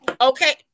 Okay